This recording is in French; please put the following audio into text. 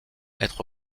être